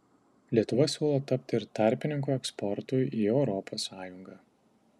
lietuva siūlo tapti ir tarpininku eksportui į europos sąjungą